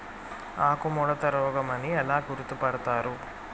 ఆకుముడత రోగం అని ఎలా గుర్తుపడతారు?